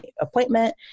appointment